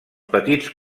petits